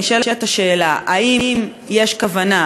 נשאלת השאלה: האם יש כוונה,